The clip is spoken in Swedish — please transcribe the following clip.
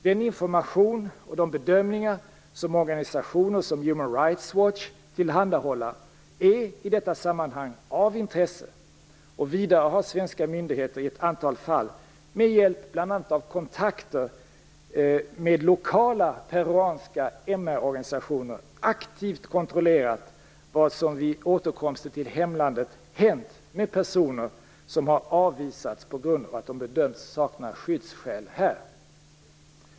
Den information och de bedömningar som organisationer, t.ex. Human Rights Watch, tillhandahåller är i detta sammanhang av intresse. Vidare har svenska myndigheter i ett antal fall, med hjälp bl.a. av kontakter med lokala peruanska MR-organisationer aktivt kontrollerat vad som vid återkomsten till hemlandet hänt med personer som har avvisats på grund av att de bedömts sakna skyddsskäl här.